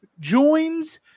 Joins